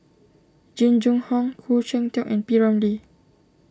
Jing Jun Hong Khoo Cheng Tiong and P Ramlee